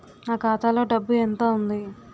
నా ఖాతాలో డబ్బు ఎంత ఉంది?